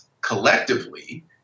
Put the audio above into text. collectively